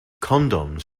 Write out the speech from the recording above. condoms